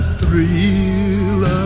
thrill